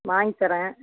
வாய்ங்த்தரன்